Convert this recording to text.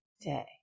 day